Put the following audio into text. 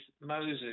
Moses